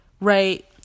right